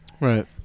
right